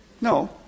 No